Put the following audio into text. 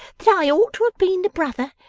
that i ought to have been the brother,